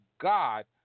God